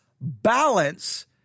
balance